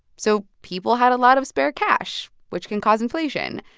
so people had a lot of spare cash, which can cause inflation.